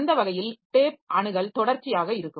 அந்த வகையில் டேப் அணுகல் தொடர்ச்சியாக இருக்கும்